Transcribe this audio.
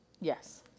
Yes